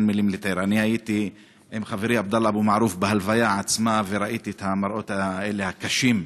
הייתי עם חברי עבדאללה אבו מערוף בהלוויה עצמה וראיתי את המראות הקשים.